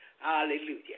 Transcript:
Hallelujah